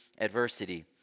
adversity